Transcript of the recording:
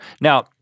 Now